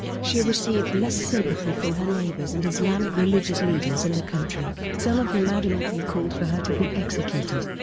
she received less sympathy from her neighbors and islamic religious leaders in the country, some of whom adamantly called for her to be executed.